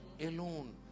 Alone